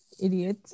Idiot